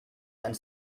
and